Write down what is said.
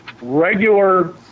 regular